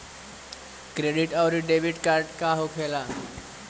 Credit आउरी debit card का होखेला?